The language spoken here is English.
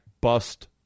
bust